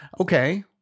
okay